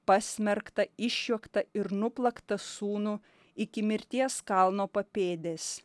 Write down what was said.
pasmerktą išjuoktą ir nuplaktą sūnų iki mirties kalno papėdės